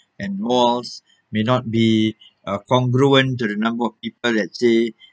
and malls may not be uh congruent to the number of people let's say